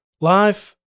Life